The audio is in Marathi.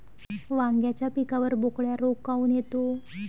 वांग्याच्या पिकावर बोकड्या रोग काऊन येतो?